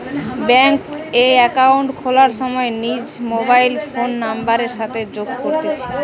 bank এ account খোলার সময় নিজর মোবাইল ফোন নাম্বারের সাথে যোগ করতিছে